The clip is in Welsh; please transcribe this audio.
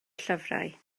llyfrau